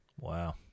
Wow